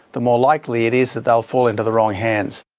the more likely it is that they'll fall into the wrong hands.